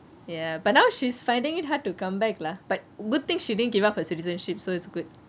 ya but now she's finding it hard to come back lah but good thing she didn't give up your citizenship so it's good